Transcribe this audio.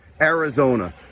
Arizona